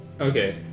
Okay